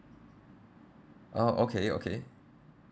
oh okay okay